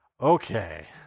Okay